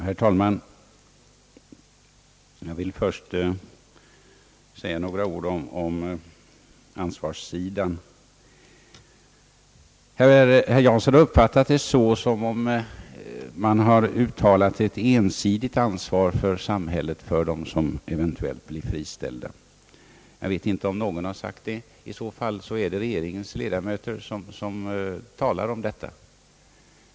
Herr talman! Jag vill först säga några ord om ansvarsfrågan. Herr Paul Jansson har uppfattat det så som om man har uttalat att det skulle vara fråga om ett ensidigt ansvar för samhället att sörja för dem som eventuellt blir friställda. Jag vet inte om någon har påstått detta. I så fall är det regeringens ledamöter som har talat därom.